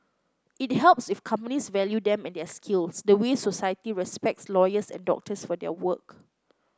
it helps if companies value them and their skills the way society respects lawyers and doctors for their work